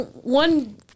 one